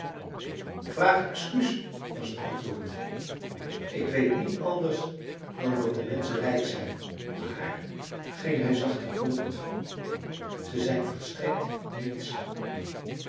vraag excuus was het antwoord ik weet niet anders dan dat de menschen rijk zijn maar ging hij zachter voort ze zijn volstrekt niets